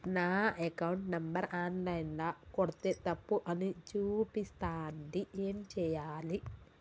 నా account number online ల కొడ్తే తప్పు అని చూపిస్తాంది ఏం చేయాలి?